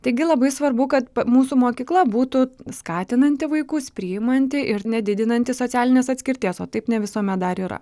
taigi labai svarbu kad mūsų mokykla būtų skatinanti vaikus priimanti ir nedidinanti socialinės atskirties o taip ne visuomet dar yra